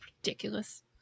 ridiculous